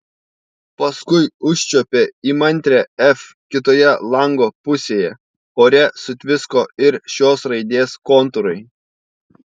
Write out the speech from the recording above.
paskui užčiuopė įmantrią f kitoje lango pusėje ore sutvisko ir šios raidės kontūrai